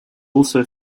also